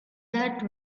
that